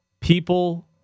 people